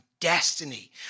destiny